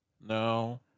No